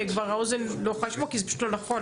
יש דברים שהאוזן כבר לא יכולה לשמוע כי זה פשוט לא נכון,